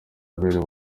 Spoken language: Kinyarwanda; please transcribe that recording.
yabereye